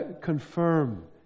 confirm